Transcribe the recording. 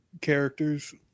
characters